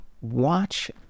watch